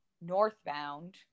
northbound